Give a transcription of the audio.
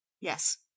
yes